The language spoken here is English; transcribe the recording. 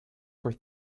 for